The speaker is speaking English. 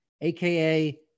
aka